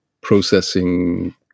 processing